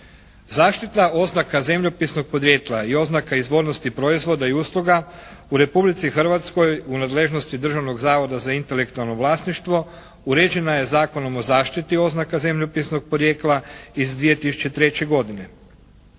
Zaštita oznaka zemljopisnog podrijetla i oznaka izvornosti proizvoda i usluga u Republici Hrvatskoj u nadležnosti je Državnog zavoda za intelektualno vlasništvo. Uređena je Zakonom o zaštiti oznaka zemljopisnog porijekla iz 2003. godine.